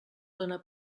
dóna